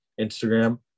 Instagram